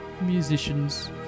musicians